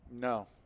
No